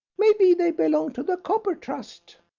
maybe they belong to the copper trust.